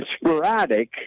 sporadic